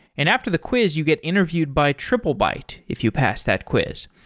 and after the quiz you get interviewed by triplebyte if you pass that quiz.